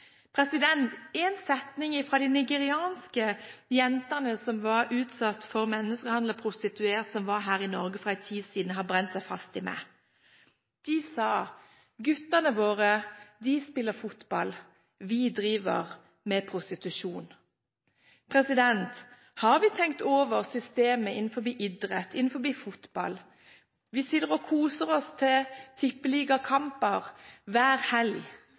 utforminger. En setning fra de nigerianske jentene som var utsatt for menneskehandel og var prostituerte, som var her i Norge for en tid siden, har brent seg fast i meg. De sa: Guttene våre spiller fotball, vi driver med prostitusjon. Har vi tenkt over systemet innenfor idrett, innenfor fotball? Vi sitter og koser oss med tippeligakamper hver